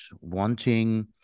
wanting